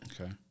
Okay